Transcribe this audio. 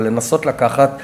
אבל לנסות לקחת,